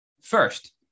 First